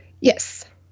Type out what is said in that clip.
Yes